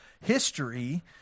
history